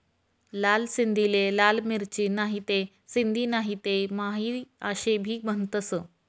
लाल सिंधीले लाल मिरची, नहीते सिंधी नहीते माही आशे भी म्हनतंस